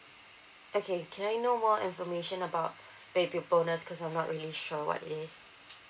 okay can I know more information about baby bonus because I'm not really sure what it is